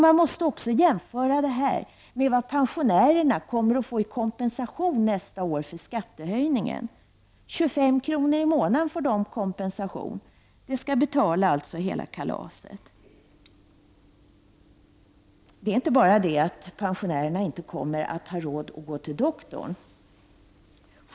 Man måste också göra jämförelser med vad pensionärerna kommer att få i kompensation nästa år för skattehöjningen -- 25 kr. i månaden, som skall betala hela kalaset. Men det är inte bara det att pensionärerna inte kommer att ha råd att gå till doktorn.